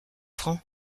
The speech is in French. francs